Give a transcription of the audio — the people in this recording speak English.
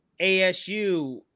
ASU